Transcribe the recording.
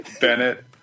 bennett